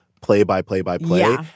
play-by-play-by-play